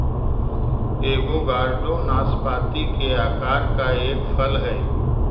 avocado नाशपाती के आकार का एक फल हई